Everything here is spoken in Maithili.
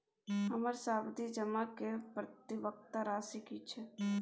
हमर सावधि जमा के परिपक्वता राशि की छै?